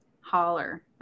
holler